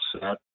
set